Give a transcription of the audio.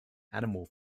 animal